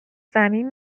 زمین